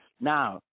now